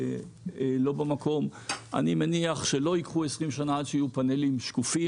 אני מניח שלא ייקחו 20 שנה עד שיהיו פאנלים שקופים,